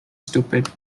stupid